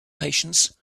patience